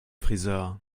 frisör